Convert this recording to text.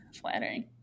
Flattering